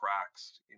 cracks